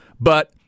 but-